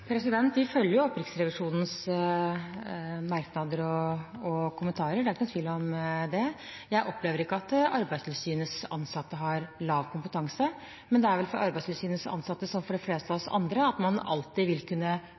Vi følger opp Riksrevisjonens merknader og kommentarer, det er ikke noen tvil om det. Jeg opplever ikke at Arbeidstilsynets ansatte har lav kompetanse, men det er vel for Arbeidstilsynets ansatte som for de fleste av oss andre at man alltid vil kunne